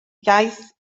iaith